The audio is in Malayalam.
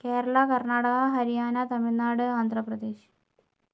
കേരള കർണാടക ഹരിയാന തമിഴ്നാട് ആന്ധ്രപ്രദേശ്